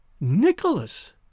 Nicholas